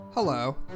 Hello